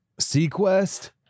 Sequest